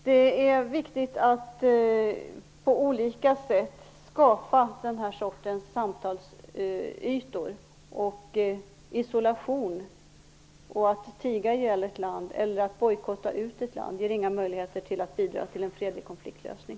Det är viktigt att på olika sätt skapa den här sortens samtalsytor. Isolation, att tiga ihjäl eller bojkotta ett land ger inga möjligheter att bidra till en fredlig konfliktlösning.